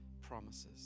promises